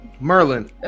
Merlin